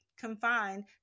confined